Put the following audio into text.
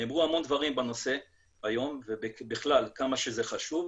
נאמרו המון דברים בנושא היום ובכלל כמה שזה חשוב,